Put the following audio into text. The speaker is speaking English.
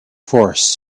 forest